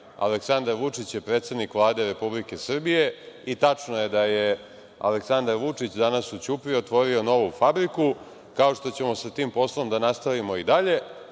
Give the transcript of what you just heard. Aleksandar Vučić je predsednik Vlade Republike Srbije. Tačno je da je Aleksandar Vučić danas u Ćupriji otvorio novu fabriku, kao što ćemo sa tim poslom da nastavimo i dalje.